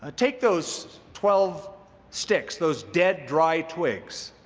ah take those twelve sticks, those dead, dry twigs,